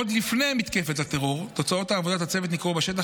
עוד לפני מתקפת הטרור תוצאות עבודת הצוות ניכרו בשטח,